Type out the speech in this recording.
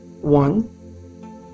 one